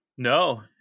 No